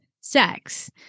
sex